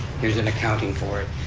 here's an accounting for it,